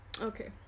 okay